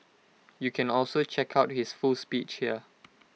you can also check out his full speech here